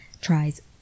tries